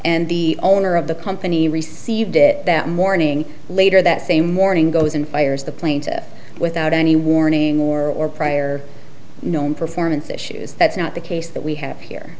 and the owner of the company received it that morning later that same morning goes and fires the plaintiff without any warning more or prior known performance issues that's not the case that we have here